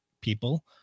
people